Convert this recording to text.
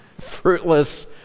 fruitless